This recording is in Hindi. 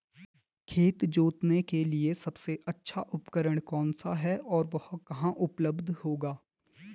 खेत जोतने के लिए सबसे अच्छा उपकरण कौन सा है और वह कहाँ उपलब्ध होगा?